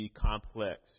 complex